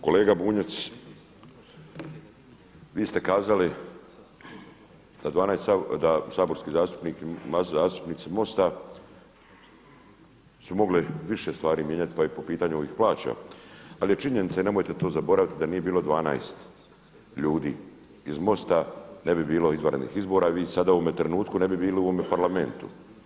Kolega Bunjac, vi ste kazali da saborski zastupnik, zastupnici MOST-a su mogli više stvari mijenjati pa i po pitanju ovih plaća, ali je činjenica i nemojte to zaboraviti da nije bilo 12 ljudi iz MOST-a ne bi bilo izvanrednih izbora i vi sada u ovom trenutku ne bi bili u ovome Parlamentu.